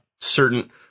certain